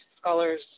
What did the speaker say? scholars